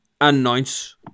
announce